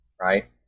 right